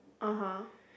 (uh huh)